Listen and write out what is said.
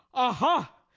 aha!